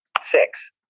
six